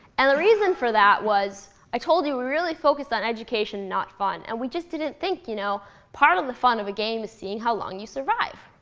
and the reason for that was, i told you we really focused on education not fun. and we just didn't think, you know part of the fun of a game is seeing how long you survive.